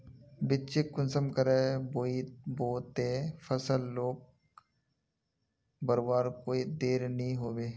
बिच्चिक कुंसम करे बोई बो ते फसल लोक बढ़वार कोई देर नी होबे?